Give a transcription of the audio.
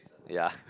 ya